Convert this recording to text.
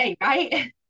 Right